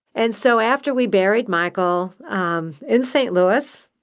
and so after we buried michael um in st. louis,